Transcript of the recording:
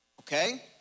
okay